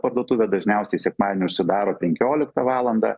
parduotuvė dažniausiai sekmadienį užsidaro penkioliktą valandą